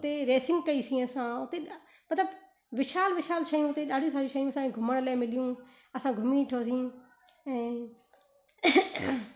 हुते रेसिंग कई सी असां हुते मतिलबु विशाल विशाल शयूं हुते ॾाढी सारियूं शयूं असांजे घुमण लाइ मिलियूं असां घुमी वठो सी ऐं